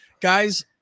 guys